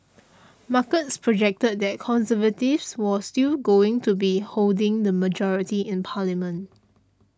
markets projected that Conservatives was still going to be holding the majority in parliament